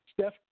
Steph